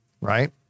right